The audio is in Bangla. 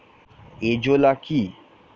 এজোলা কি?